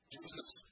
Jesus